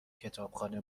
کتابخانه